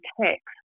text